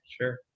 Sure